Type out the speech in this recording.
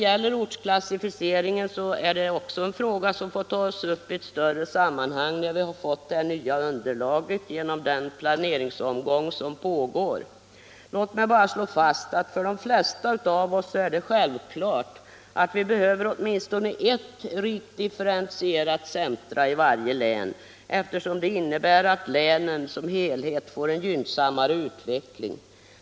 Också ortsklassificeringen är en fråga som får tas upp i ett större sammanhang, när vi har fått det nya underlaget genom den planeringsomgång som pågår. Låt mig bara slå fast att det för de flesta av oss är självklart att vi behöver åtminstone ett rikt differentierat centrum i varje län, eftersom det innebär att länet såsom helhet får en gynnsammare utveckling.